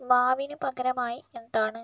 മാവിന് പകരമായി എന്താണ്